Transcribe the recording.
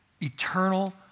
eternal